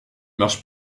marche